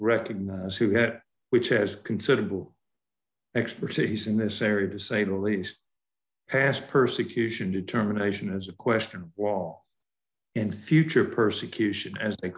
recognize who had it which has considerable expertise in this area to say the least passed persecution determination is a question wall in future persecution as the